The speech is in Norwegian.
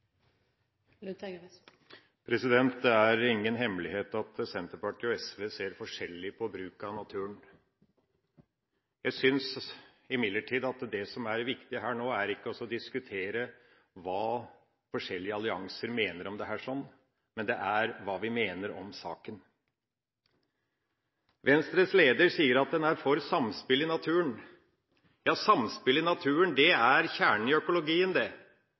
Det er ingen hemmelighet at Senterpartiet og SV ser forskjellig på bruk av naturen. Jeg synes imidlertid at det som er viktig her nå, ikke er å diskutere hva forskjellige allianser mener om det her, men hva vi mener om saken. Venstres leder sier at en er for samspill i naturen. Ja, samspill i naturen, det er kjernen i økologien. Økologi er å forstå samspillet i naturen. En del av det